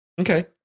Okay